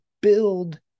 build